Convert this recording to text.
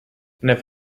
never